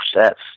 sets